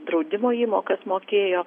draudimo įmokas mokėjo